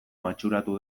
matxuratu